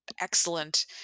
excellent